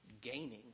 gaining